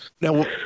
now